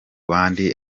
bandi